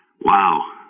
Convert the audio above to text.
wow